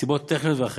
מסיבות טכניות ואחרות,